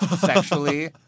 sexually